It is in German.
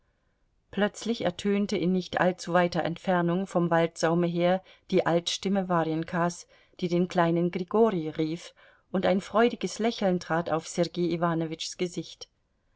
plötzlich ertönte in nicht allzu weiter entfernung vom waldsaume her die altstimme warjenkas die den kleinen grigori rief und ein freudiges lächeln trat auf sergei iwanowitschs gesicht